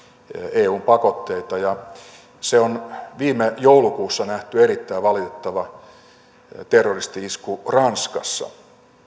eun pakotteita viime joulukuussa nähtiin erittäin valitettava terroristi isku ranskassa